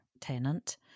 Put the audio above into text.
tenant